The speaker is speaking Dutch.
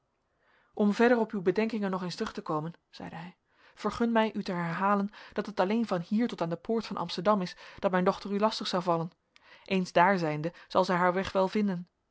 om verder op uw bedenkingen nog eens terug te komen zeide hij vergun mij u te herhalen dat het alleen van hier tot aan de poort van amsterdam is dat mijn dochter u lastig zal vallen eens daar zijnde zal zij haar weg wel vinden